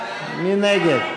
מי נגד?